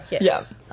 Yes